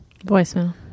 Voicemail